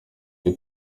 iyo